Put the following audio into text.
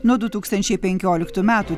nuo du tūkstančiai penkioliktų metų